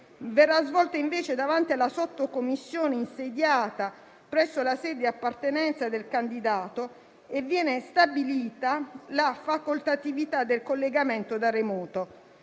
avrà invece luogo davanti alla sottocommissione insediata presso la sede di appartenenza del candidato, e viene stabilita la facoltatività del collegamento da remoto.